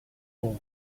bowl